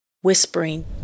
whispering